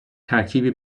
ترکیبی